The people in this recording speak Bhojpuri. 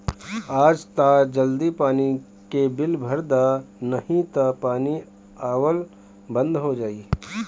आज तअ जल्दी से पानी के बिल भर दअ नाही तअ पानी आवल बंद हो जाई